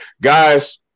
Guys